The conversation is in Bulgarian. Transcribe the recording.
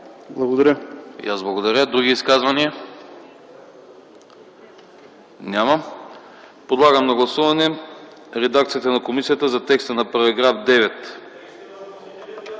благодаря. Други изказвания? Няма. Подлагам на гласуване редакцията на комисията за текста на § 9.